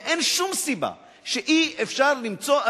ואין שום סיבה שאי-אפשר למצוא,